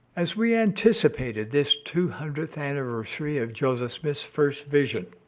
as we anticipated this two hundredth anniversary of joseph smith's first vision,